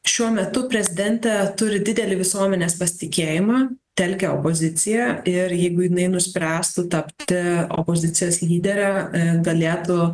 šiuo metu prezidentė turi didelį visuomenės pasitikėjimą telkia opoziciją ir jeigu jinai nuspręstų tapti opozicijos lydere galėtų